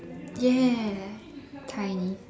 ya tiny